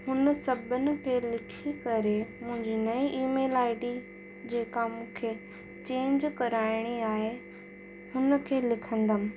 हुन सभिनि खे लिखी करे मुंहिंजी नई ईमेल आई डी जेका मूंखे चैंज कराइणी आहे हुन खे लिखंदमि